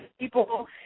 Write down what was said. people